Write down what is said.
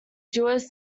jewish